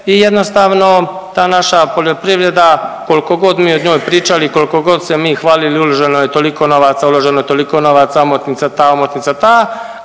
i jednostavno ta naša poljoprivreda koliko god mi o njoj pričali i koliko god se mi hvalili uloženo je toliko novaca, uloženo je toliko novaca, omotnica ta, omotnica ta,